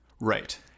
Right